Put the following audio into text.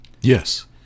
Yes